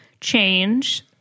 change